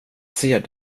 ser